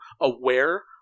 aware